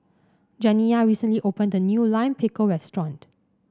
janiyah recently opened a new Lime Pickle restaurant